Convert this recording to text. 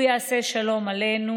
הוא יעשה שלום עלינו